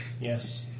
Yes